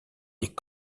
des